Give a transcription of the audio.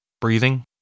breathing